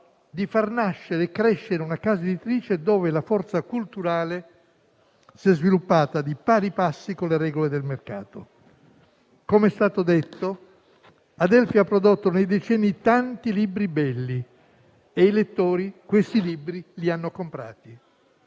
di far nascere e crescere una casa editrice dove la forza culturale si è sviluppata di pari passo con le regole del mercato. Come è stato detto, Adelphi ha prodotto nei decenni tanti libri belli e i lettori quei libri hanno comprato.